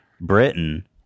Britain